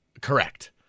Correct